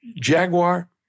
Jaguar